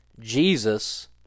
Jesus